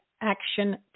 action